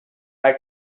are